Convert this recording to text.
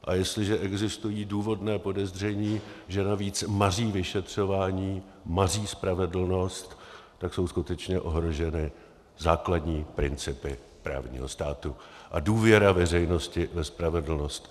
A jestliže existují důvodná podezření, že navíc maří vyšetřování, maří spravedlnost, tak jsou skutečně ohroženy základní principy právního státu a důvěra veřejnosti ve spravedlnost.